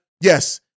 yes